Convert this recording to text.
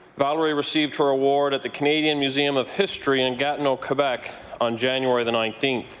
valerie received her award at the canadian museum of history in gatineau, quebec on january the nineteenth.